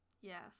Yes